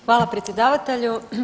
Hvala predsjedavatelju.